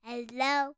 Hello